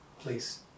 please